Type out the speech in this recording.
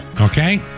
Okay